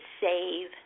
save